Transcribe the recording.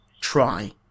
try